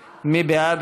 חברי הכנסת, בעד